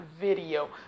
video